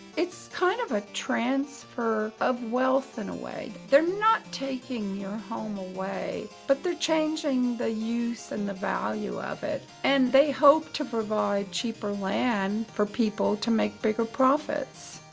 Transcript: it's kind of a transfer of wealth in a way. they're not taking your home away. but they're changing the use and the value of it. and they hope to provide cheaper land for people to make bigger profits.